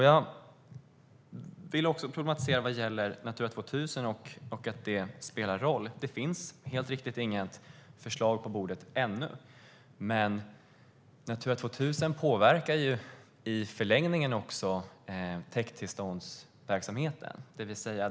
Jag vill också problematisera vad gäller Natura 2000 och att det spelar roll. Det finns helt riktigt inget förslag på bordet ännu. Men Natura 2000 påverkar i förlängningen också täktverksamheten.